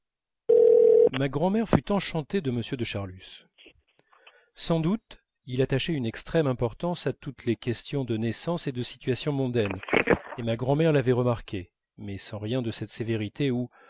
ma grand'mère fut enchantée de m de charlus sans doute il attachait une extrême importance à toutes les questions de naissance et de situation mondaine et ma grand'mère l'avait remarqué mais sans rien de cette sévérité où